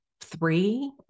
three